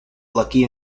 lucky